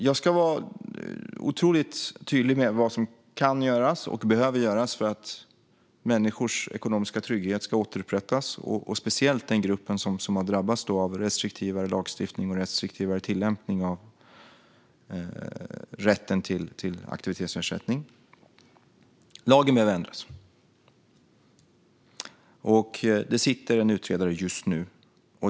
Jag ska vara otroligt tydlig med vad som kan göras och behöver göras för att människors ekonomiska trygghet ska återupprättas och speciellt för den grupp som har drabbats av restriktivare lagstiftning och restriktivare tillämpning av rätten till aktivitetsersättning. Lagen behöver ändras. Det sitter just nu en utredare.